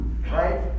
Right